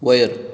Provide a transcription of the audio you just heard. वयर